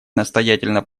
настоятельно